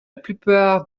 plupart